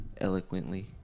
eloquently